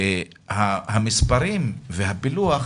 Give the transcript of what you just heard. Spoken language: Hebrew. המספרים והפילוח